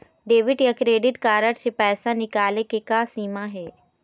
Debit या credit card से पैसा निकाले के का सीमा हे?